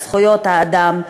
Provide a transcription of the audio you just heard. את זכויות האדם,